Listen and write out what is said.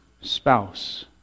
spouse